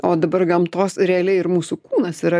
o dabar gamtos realiai ir mūsų kūnas yra